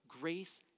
grace